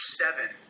seven